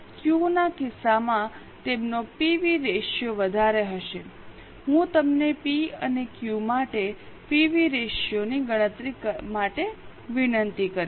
Q ના કિસ્સામાં તેમનો પીવી રેશિયો વધારે હશે હું તમને પી અને ક્યૂ માટે પીવી રેશિયો ની ગણતરી માટે વિનંતી કરીશ